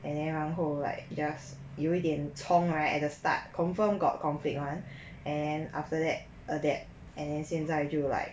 and then 然后 like just 有一点冲 right at the start confirm got conflict [one] and after that adapt and then 现在就 like